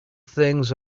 things